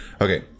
Okay